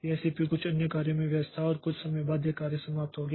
यह सीपीयू कुछ अन्य कार्य करने में व्यस्त था और कुछ समय बाद वह कार्य समाप्त हो गया